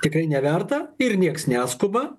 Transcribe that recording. tikrai neverta ir nieks neskuba